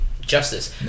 justice